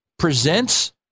presents